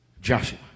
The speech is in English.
Joshua